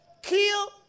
Kill